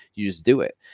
you just do it.